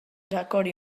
rhagori